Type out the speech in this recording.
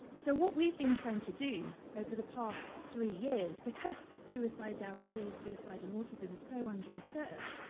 so what we've been trying to do over the past three years, because suicidallity and suicide and autism is so underresearched,